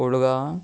old गांवां